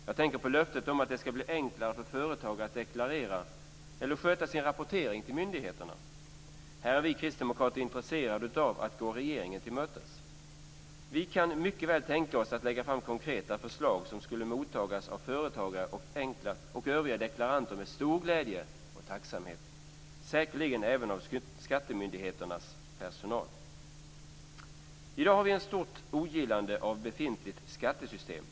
Jag tänker på löftet om att det ska bli enklare för företagare att deklarera eller sköta sin rapportering till myndigheterna. Här är vi kristdemokrater intresserade av att gå regeringen till mötes. Vi kan mycket väl tänka oss att lägga fram konkreta förslag som skulle tas emot med stor glädje och tacksamhet av företagare och övriga deklaranter, och säkerligen även av skattemyndigheternas personal. I dag finns ett stort ogillande av det befintliga skattesystemet.